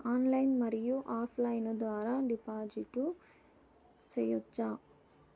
Online మరియు offline ద్వారా డిపాజిట్లు సేయొచ్చా?